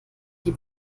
die